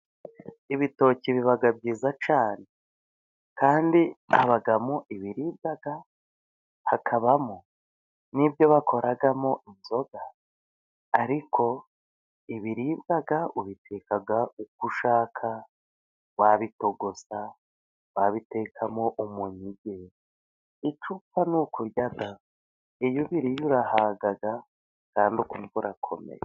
Ibitoki biba byiza cyane kandi habamo ibiribwa, hakabamo n'ibyo bakoramo inzoga, ariko ibiribwa ubiteka uko ushaka, wabitogosa, wabitekamo umunyige, icyo upfa ni ukurya da. Iyo ubiriye urahaga, kandi ukumva ukomeye.